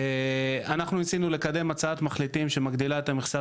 אנחנו ניסינו לקדם הצעת מחליטים שמגדילה את מכסת